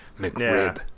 McRib